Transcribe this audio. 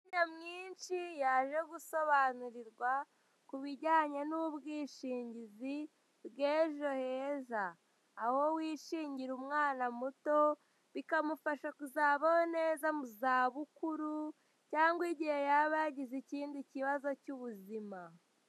Imbaga nyamwisnhi yaze gusobanirirwa ku bijyanye n'ubwishingizi bw'ejo heza aho wishingira umwana muto bikamufasha kuzabaho neza mu za bukuru cyangwa igihe yaba yagize ikindi kibazo cy'ubuzima.